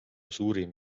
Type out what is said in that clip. suurim